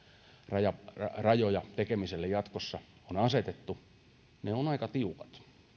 rajoja tekemiselle jatkossa on asetettu ovat aika tiukat